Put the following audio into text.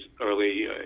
early